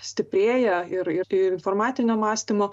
stiprėja ir ir i informacinio mąstymo